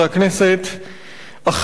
אנחנו מדברים על בעיה קשה,